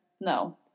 no